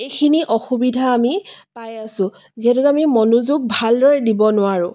এইখিনি অসুবিধা আমি পাই আছোঁ যিহেতুকে আমি মনোযোগ ভালদৰে দিব নোৱাৰোঁ